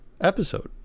episode